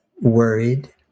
worried